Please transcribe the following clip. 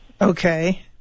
Okay